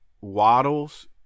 waddles